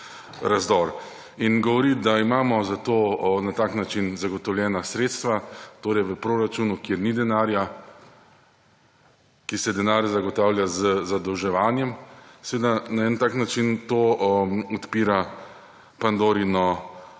razdor. In govoriti, da imamo za to na tak način zagotovljena sredstva, torej v proračunu, kjer ni denarja, ki se denar zagotavlja z zadolževanjem, seveda na en tak način to odpira Pandorino